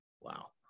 Wow